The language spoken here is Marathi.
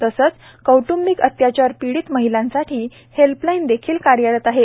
तसेच कौट्ंबिक अत्याचार पिडीत महीलांसाठी हेल्पलाईनही कार्यरत आहे